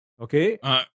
Okay